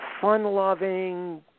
fun-loving